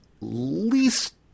least